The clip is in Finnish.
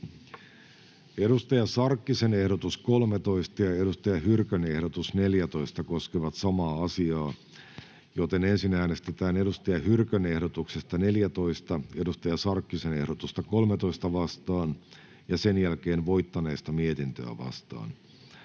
Saara Hyrkön ehdotus 36 ja Hanna Sarkkisen ehdotus 37 koskevat samaa asiaa, joten ensin äänestetään Hanna Sarkkisen ehdotuksesta 37 Saara Hyrkön ehdotusta 36 vastaan ja sen jälkeen voittaneesta mietintöä vastaan.